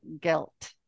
guilt